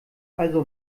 also